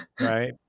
right